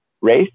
race